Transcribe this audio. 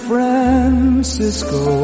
Francisco